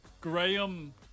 Graham